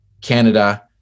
Canada